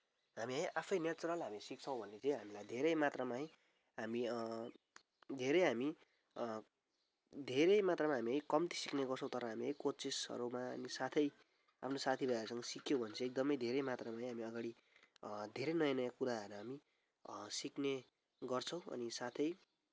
हामी है आफै नेचुरल हामी सिक्छौँ भने चाहिँ हामीलाई धेरै मात्रामा है हामी धेरै हामी धेरै मात्रामा हामी कम्ती सिक्नेगर्छौँ तर हामी कोचिङ्सहरूमा हामी साथै आफ्नो साथीभाइहरूसँग सिक्यौँ भने चाहिँ एकदमै धेरै मात्रामा चाहिँ हामी अगाडि धेरै नयाँ नयाँ कुराहरू हामी सिक्नेगर्छौँ अनि साथै